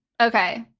Okay